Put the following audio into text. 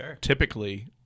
typically